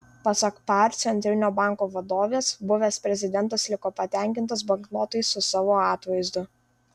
pasak par centrinio banko vadovės buvęs prezidentas liko patenkintas banknotais su savo atvaizdu